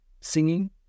Singing